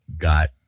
got